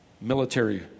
military